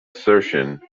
assertion